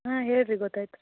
ಹಾಂ ಹೇಳಿ ರೀ ಗೊತ್ತಾಯ್ತು